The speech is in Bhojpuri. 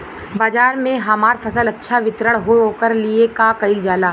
बाजार में हमार फसल अच्छा वितरण हो ओकर लिए का कइलजाला?